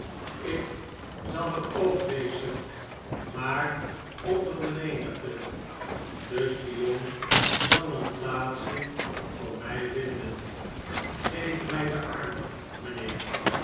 ik zal er ook wezen maar onder de menigte de spion zal een plaatsje voor mij vinden geef mjj den arm